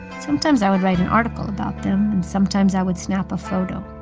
sometimes, i would write an article about them. and sometimes, i would snap a photo.